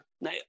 now